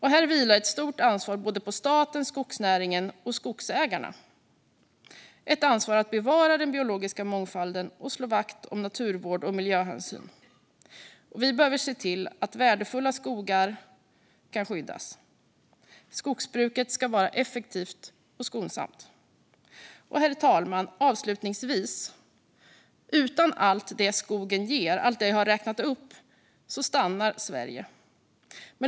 Här vilar ett stort ansvar på både staten, skogsnäringen och skogsägarna. Det finns ett ansvar att bevara den biologiska mångfalden och att slå vakt om naturvård och miljöhänsyn. Vi behöver se till att värdefulla skogar kan skyddas. Skogsbruket ska vara effektivt och skonsamt. Herr talman! Avslutningsvis: Utan allt det skogen ger, allt det jag har räknat upp, stannar Sverige.